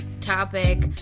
topic